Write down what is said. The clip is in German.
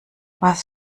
was